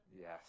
Yes